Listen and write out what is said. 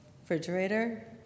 refrigerator